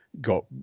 got